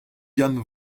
yann